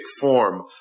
form